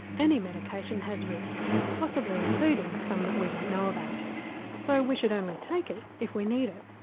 any medication has risks, possibly including some that we don't know about so we should only take it, if we need it.